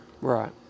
Right